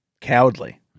cowardly